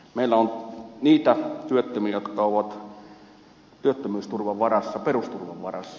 meillä on niitä työttömiä jotka ovat työttömyysturvan varassa perusturvan varassa